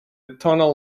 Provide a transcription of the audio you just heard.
tonal